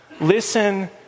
Listen